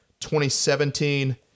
2017